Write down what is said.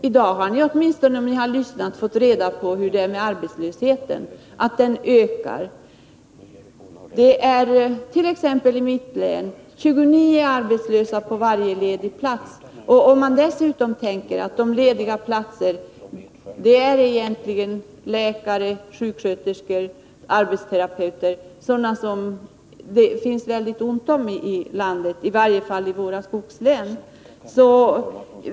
I dag har ni i alla fall, om ni har lyssnat, fått reda på hur det är med arbetslösheten — att den ökat. I t.ex. mitt län är det 29 arbetslösa på varje ledig plats. Då skall man dessutom betänka att de lediga platserna framför allt avser läkare, sjuksköterskor och arbetsterapeuter, yrkeskategorier som det är mycket ont om i landet, i varje fall i våra skogslän.